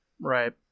right